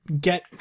get